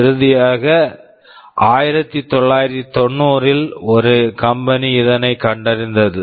இறுதியாக 1990 ல் ஒரு கம்பெனி company இதனை கண்டறிந்தது